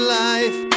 life